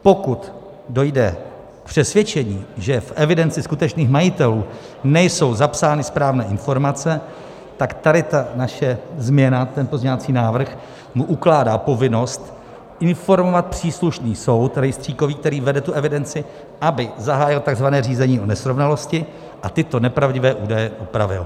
Pokud dojde k přesvědčení, že v evidenci skutečných majitelů nejsou zapsány správné informace, tak tady ta naše změna, pozměňovací návrh, mu ukládá povinnost informovat příslušný rejstříkový soud, který vede evidenci, aby zahájil takzvané řízení o nesrovnalosti a tyto nepravdivé údaje upravil.